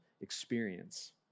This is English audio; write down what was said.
experience